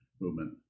movement